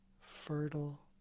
fertile